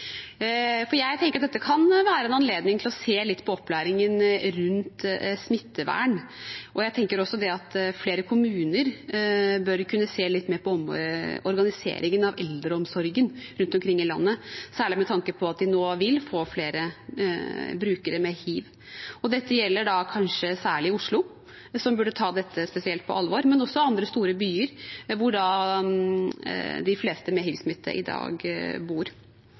Jeg tenker at dette kan være en anledning til å se litt på opplæringen rundt smittevern, og jeg tenker også at flere kommuner rundt omkring i landet bør kunne se litt mer på organiseringen av eldreomsorgen, særlig med tanke på at vi nå vil få flere brukere med hiv. Dette gjelder kanskje særlig Oslo, som burde ta dette spesielt på alvor, men det gjelder også andre store byer, hvor de fleste med hivsmitte i dag bor.